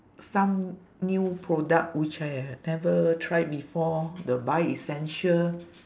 some new product which I have never try before the buy essential